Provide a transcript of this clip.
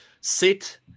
sit